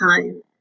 time